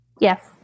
Yes